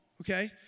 Okay